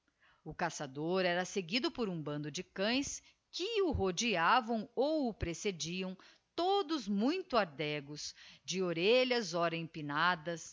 o caçador era seguido por um bando de cães que o rodeavam ou o precediam todos muito ardegos de orelhas ora empinadas